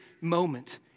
moment